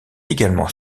également